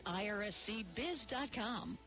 irscbiz.com